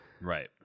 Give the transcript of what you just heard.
Right